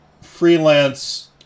Freelance